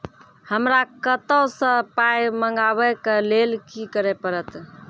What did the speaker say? हमरा कतौ सअ पाय मंगावै कऽ लेल की करे पड़त?